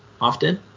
often